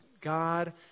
God